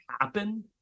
happen